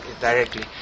directly